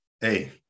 hey